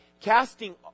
Casting